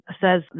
says